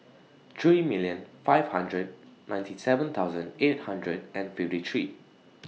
three million five hundred ninety seven thousand eight hundred and fifty three